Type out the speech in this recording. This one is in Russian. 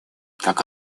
как